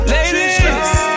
Ladies